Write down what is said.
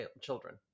children